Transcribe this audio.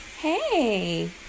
Hey